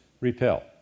repel